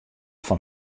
fan